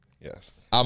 Yes